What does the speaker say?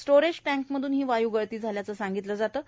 storage टँकमधून ही वायू गळती झाल्याचं सांगितलं जातं